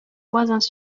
voisins